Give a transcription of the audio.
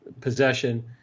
possession